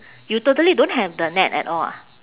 you totally don't have the net at all ah